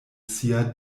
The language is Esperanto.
sia